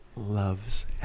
Loves